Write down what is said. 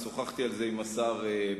שוחחתי על זה גם עם השר ברוורמן,